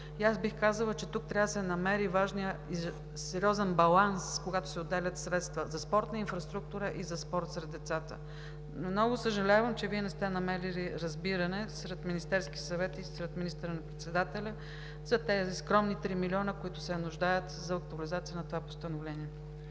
и аз бих казала, че тук трябва да се намери важният, сериозният баланс, когато се отделят средства за спортна инфраструктура и за спорт сред децата. Много съжалявам, че Вие не сте намерили разбиране сред Министерския съвет и от министър-председателя за тези скромни 3 милиона, от които се нуждае актуализацията на това постановление.